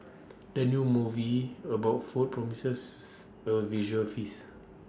the new movie about food promises A visual feast